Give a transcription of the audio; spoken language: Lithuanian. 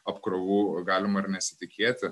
apkrovų galima ir nesitikėti